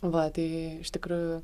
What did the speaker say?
va tai iš tikrųjų